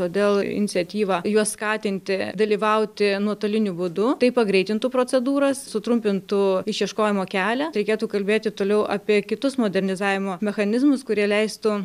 todėl iniciatyva juos skatinti dalyvauti nuotoliniu būdu tai pagreitintų procedūras sutrumpintų išieškojimo kelią reikėtų kalbėti toliau apie kitus modernizavimo mechanizmus kurie leistų